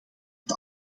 dit